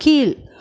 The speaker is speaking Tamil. கீழ்